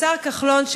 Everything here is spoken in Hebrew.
השר כחלון,